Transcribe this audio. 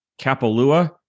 Kapalua